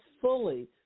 fully